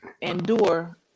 endure